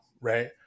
right